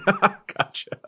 gotcha